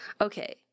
Okay